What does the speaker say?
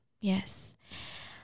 yes